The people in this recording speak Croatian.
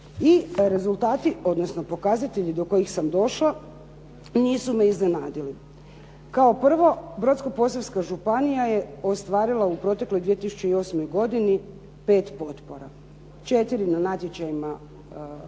Ni rezultati, odnosno pokazatelji do kojih sam došla nisu me iznenadili. Kao prvo Brodsko-posavska županija ostvarila u protekloj 2008. godini 5 potpora, 4 na natječajima koje